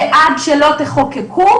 עד שלא תחוקקו,